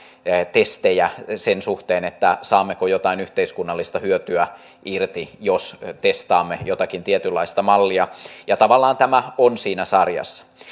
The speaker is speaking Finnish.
testejä sen suhteen saammeko jotain yhteiskunnallista hyötyä irti jos testaamme jotakin tietynlaista mallia ja tavallaan tämä on siinä sarjassa